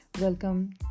welcome